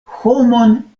homon